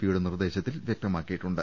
പിയുടെ നിർദ്ദേശത്തിൽ വ്യക്തമാക്കിയിട്ടുണ്ട്